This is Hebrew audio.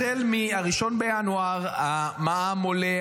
החל מ-1 בינואר המע"מ עולה,